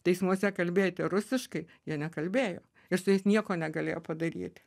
teismuose kalbėti rusiškai jie nekalbėjo ir su jais nieko negalėjo padaryti